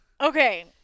Okay